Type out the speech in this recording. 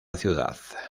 ciudad